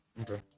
Okay